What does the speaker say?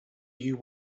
you